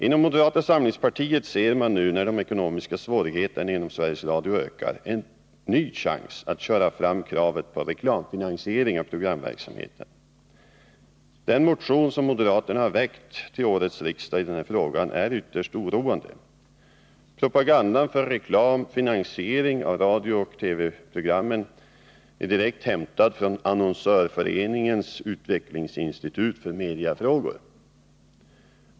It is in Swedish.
Inom moderata samlingspartiet ser man nu när de ekonomiska 11 mars 1981 svårigheterna inom Sveriges Radio ökar en ny chans att köra fram krav på reklamfinansiering av programverksamheten. Den motion som moderaterna väckt till årets riksmöte i denna fråga är ytterst oroande. Propagandan för reklamfinansiering av radiooch TV-programmen är direkt hämtad från Annonsörföreningens utvecklingsinstitut för mediafrågor.